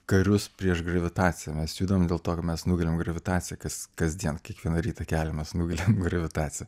karius prieš gravitaciją mes judam dėl to kad mes nugalim gravitaciją kas kasdien kiekvieną rytą keliamės nugalim gravitaciją